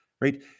right